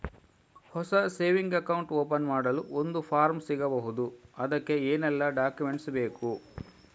ಹೊಸ saving account open ಮಾಡಲು ಒಂದು ಫಾರ್ಮ್ ಸಿಗಬಹುದು? ಅದಕ್ಕೆ ಏನೆಲ್ಲಾ ಡಾಕ್ಯುಮೆಂಟ್ಸ್ ಬೇಕು?